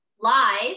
live